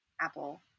Apple